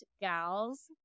gals